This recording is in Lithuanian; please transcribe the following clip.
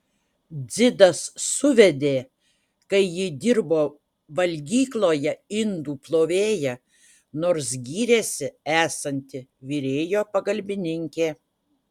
dzidas suvedė kai ji dirbo valgykloje indų plovėja nors gyrėsi esanti virėjo pagalbininkė